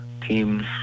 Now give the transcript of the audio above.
teams